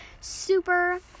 super